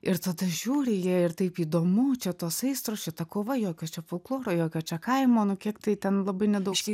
ir tada žiūri jie ir taip įdomu čia tos aistros čia ta kova jokio čia folkloro jokio čia kaimo nu kiek tai ten labai nedaug